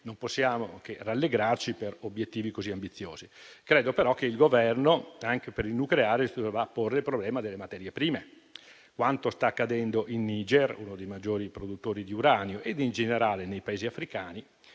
Non possiamo che rallegrarci per obiettivi così ambiziosi. Credo però che il Governo anche per il nucleare si dovrà porre il problema delle materie prime. Quanto sta accadendo in Niger, uno dei maggiori produttori di uranio, e in generale nei Paesi africani